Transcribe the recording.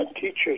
teachers